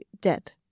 dead